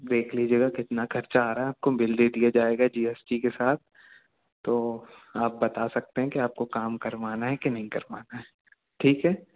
देख लीजिएगा कितना खर्चा आ रहा है आपको बिल दे दिया जाएगा जी एस टी के साथ तो आप बता सकते हैं कि आपको काम करवाना है कि नहीं करवाना है